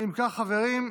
אם כך, חברים,